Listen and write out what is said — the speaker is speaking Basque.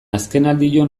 azkenaldion